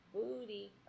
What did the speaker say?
Booty